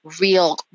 real